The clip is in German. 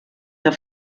der